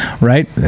right